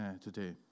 Today